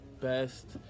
best